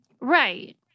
Right